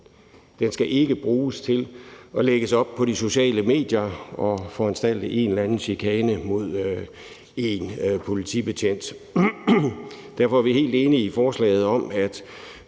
Den skal ikke bruges til at lægges op på de sociale medier og foranstalte en eller anden chikane mod en politibetjent. Derfor er vi helt enige i forslaget om, at